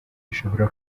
ishobora